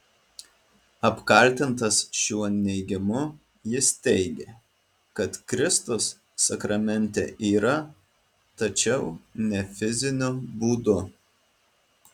apkaltintas šiuo neigimu jis teigė kad kristus sakramente yra tačiau ne fiziniu būdu